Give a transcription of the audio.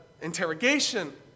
interrogation